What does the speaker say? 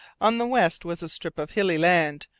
on the west was a strip of hilly land,